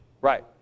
Right